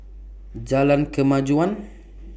Jalan Kemajuan